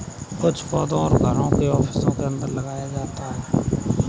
कुछ पौधों को घरों और ऑफिसों के अंदर लगाया जाता है